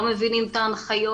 לא מבינים את ההנחיות.